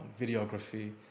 videography